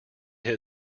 had